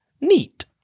Neat